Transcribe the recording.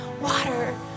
water